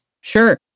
Sure